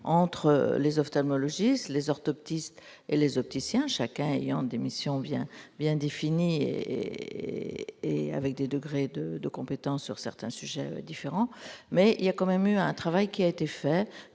entre les ophtalmologistes les orthoptistes et les opticiens, chacun ayant des missions bien bien défini et et avec des degrés de de compétences sur certains sujets différents. Mais il y a quand même eu un travail qui a été fait